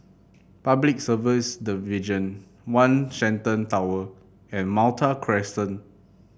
Public Service Division One Shenton Tower and Malta Crescent